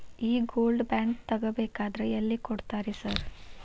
ಈ gold bond ತಗಾಬೇಕಂದ್ರ ಎಲ್ಲಿ ಕೊಡ್ತಾರ ರೇ ಸಾರ್?